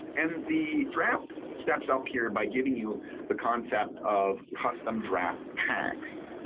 and the draft steps up here by giving you the concept of custom draft packs.